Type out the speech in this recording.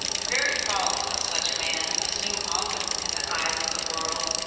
the very faults of such a man assume often, in the eyes of the world,